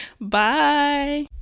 Bye